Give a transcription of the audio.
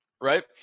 Right